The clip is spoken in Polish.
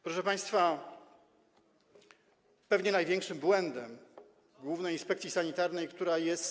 Proszę państwa, pewnie największym błędem Państwowej Inspekcji Sanitarnej, która jest.